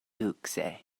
lukse